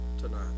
tonight